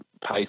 Pace